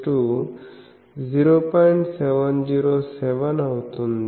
707 అవుతుంది